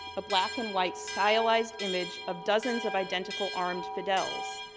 a black and white stylized image of dozens of identical armed fidels,